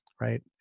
right